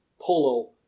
polo